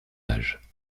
âge